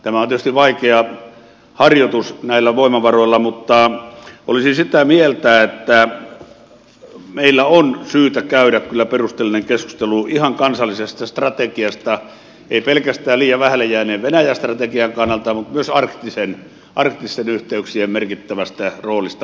tämä on tietysti vaikea harjoitus näillä voimavaroilla mutta olisin sitä mieltä että meillä on kyllä syytä käydä perusteellinen keskustelu ihan kansallisesta strategiasta ei pelkästään liian vähälle jääneen venäjä strategian kannalta mutta myös arktisten yhteyksien merkittävästä roolista